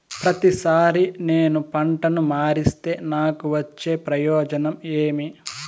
ప్రతిసారి నేను పంటను మారిస్తే నాకు వచ్చే ప్రయోజనం ఏమి?